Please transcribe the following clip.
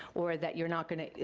or that you're not gonna,